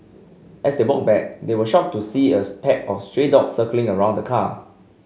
as they walked back they were shocked to see as pack of stray dogs circling around the car